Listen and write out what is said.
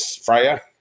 Freya